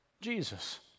Jesus